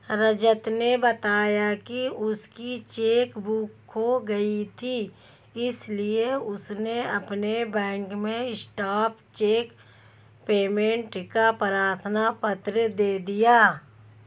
रजत ने बताया की उसकी चेक बुक खो गयी थी इसीलिए उसने अपने बैंक में स्टॉप चेक पेमेंट का प्रार्थना पत्र दे दिया